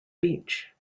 beach